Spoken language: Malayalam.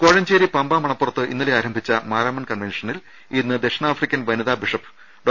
കോഴഞ്ചേരി പമ്പ മണപ്പുറത്ത് ഇന്നലെ ആരംഭിച്ച മാരാമൺ കൺവെൻഷ നിൽ ഇന്ന് ദക്ഷിണാഫ്രിക്കൻ വനിതാ ബിഷപ്പ് ഡോ